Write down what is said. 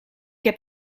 heb